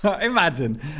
imagine